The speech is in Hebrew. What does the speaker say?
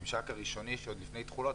הממשק הראשוני שהוא עוד לפני התכולות,